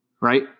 right